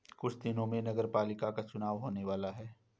कुछ दिनों में नगरपालिका का चुनाव होने वाला है